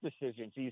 decisions